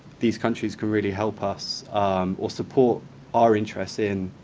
these countries can really help us or support our interests in